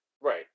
Right